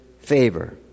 favor